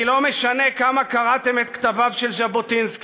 כי לא משנה כמה קראתם את כתביו של ז'בוטינסקי